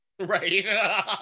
Right